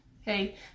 Hey